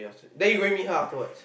then you going meet her afterwards